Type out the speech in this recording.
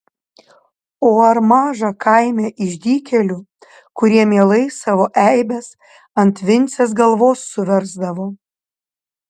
o ar maža kaime išdykėlių kurie mielai savo eibes ant vincės galvos suversdavo